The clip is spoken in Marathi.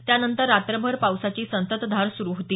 त्यानंतर रात्रभर पावसाची संततधार सुरु होती